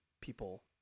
people